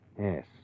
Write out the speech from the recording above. Yes